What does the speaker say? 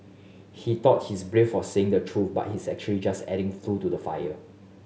he thought he's brave for saying the truth but he's actually just adding fuel to the fire